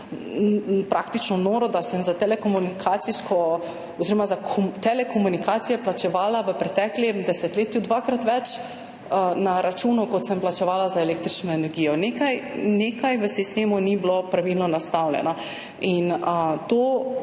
praktično noro, da sem za telekomunikacije v preteklem desetletju plačevala dvakrat več na računu, kot sem plačevala za električno energijo. Nekaj v sistemu ni bilo pravilno nastavljeno